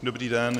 Dobrý den.